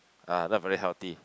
ah not very healthy